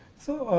so,